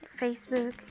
facebook